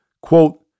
quote